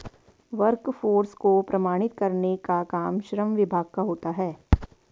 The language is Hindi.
वर्कफोर्स को प्रमाणित करने का काम श्रम विभाग का होता है